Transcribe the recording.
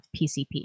PCP